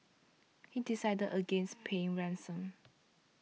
he decided against paying ransom